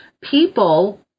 people